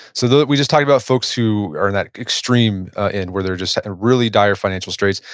so we just talked about folks who are in that extreme in, where they're just at really dire financial straits.